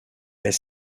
est